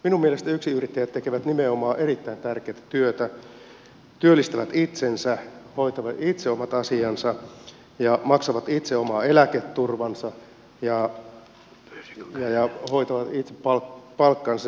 minun mielestä yksinyrittäjät tekevät nimenomaan erittäin tärkeätä työtä työllistävät itsensä hoitavat itse omat asiansa ja maksavat itse oman eläketurvansa ja hoitavat itse palkkansa